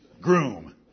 groom